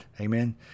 Amen